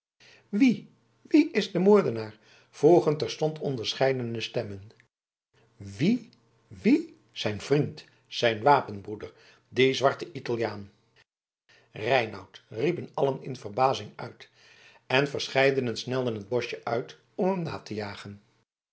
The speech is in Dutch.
wie wie is de moordenaar vroegen terstond onderscheidene stemmen wie wie zijn vriend zijn wapenbroeder die zwarte italiaan reinout riepen allen in verbazing uit en verscheidenen snelden het boschje uit om hem na te jagen